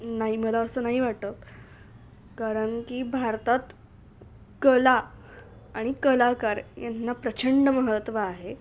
नाही मला असं नाही वाटत कारण की भारतात कला आणि कलाकार यांना प्रचंड महत्त्व आहे